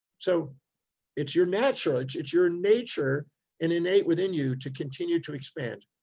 so it's your natural, it's your nature and innate within you to continue to expand.